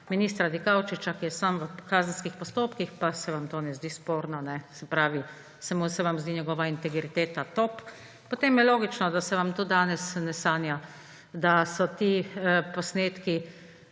ministra Dikaučiča, ki je sam v kazenskih postopkih pa se vam to ne zdi sporno, se pravi, se vam zdi njegova integriteta top, potem je logično, da se vam tudi danes ne sanja, da ti posnetki